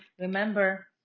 remember